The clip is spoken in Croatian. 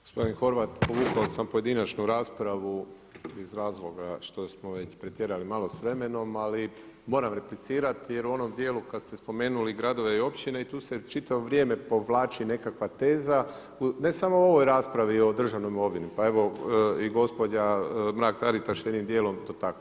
Gospodin Horvat, povukao sam pojedinačnu raspravu iz razloga što smo već pretjerali malo s vremenom ali moram replicirati jer u onom dijelu kada ste spomenuli gradove i općine i tu se čitavo vrijeme povlači nekakva teza, ne samo u ovoj raspravi o državnoj imovini, pa evo i gospođa Mrak-Taritaš, jednim dijelom to tako.